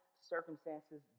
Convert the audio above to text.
circumstances